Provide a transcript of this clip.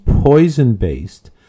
poison-based